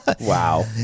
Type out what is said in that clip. wow